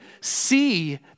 see